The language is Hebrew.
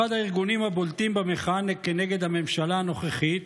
אחד הארגונים הבולטים במחאה כנגד הממשלה הנוכחית